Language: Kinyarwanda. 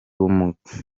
ubumuga